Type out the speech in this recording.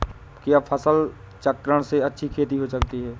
क्या फसल चक्रण से अच्छी खेती हो सकती है?